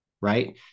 right